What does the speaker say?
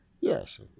yes